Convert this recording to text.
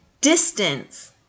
Distance